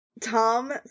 Tom